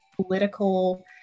political